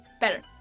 better